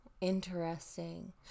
interesting